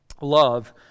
love